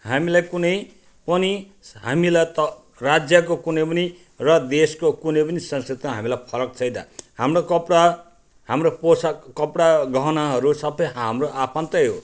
हामीलाई कुनै पनि हामीलाई त राज्यको कुनै पनि र देशको कुनै पनि संस्कृति त हामीलाई फरक छैन हाम्रो कपडा हाम्रो पोसाक कपडा गहनाहरू सबै हाम्रो आफन्तै हो